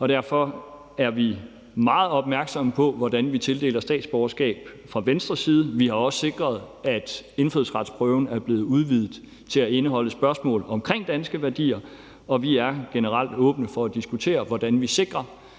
det. Derfor er vi fra Venstres side meget opmærksomme på, hvordan vi tildeler statsborgerskaber. Vi har også sikret, at indfødsretsprøven er blevet udvidet til at indeholde spørgsmål om danske værdier, og vi er generelt åbne for at diskutere, hvordan vi sikrer,